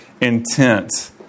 intent